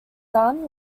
son